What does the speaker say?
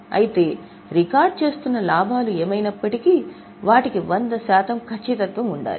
అయితే రికార్డ్ చేస్తున్న లాభాలు ఏమైనప్పటికీ వాటికి వంద శాతం ఖచ్చితత్వం ఉండాలి